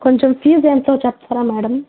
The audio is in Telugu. కొంచెం ఫీజ ఎంతో చెప్తారా మేడం